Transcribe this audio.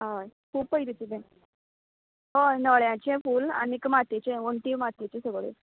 हय खूब पयलींचें तें हय नळ्यांचें फूल आनीक मातयेचें वोन्टी मातयेच्यो सगळ्यो